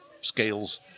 scales